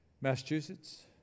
Massachusetts